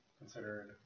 considered